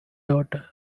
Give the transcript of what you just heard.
daughter